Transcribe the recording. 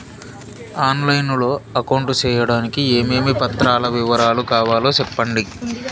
On line లో account సేయడానికి ఏమేమి పత్రాల వివరాలు కావాలో సెప్పండి?